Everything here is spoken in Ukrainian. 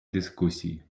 дискусії